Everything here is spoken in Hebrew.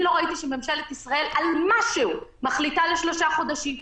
אני לא ראיתי שממשלת ישראל על משהו מחליטה לשלושה חודשים.